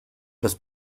los